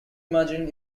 imagine